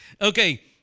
Okay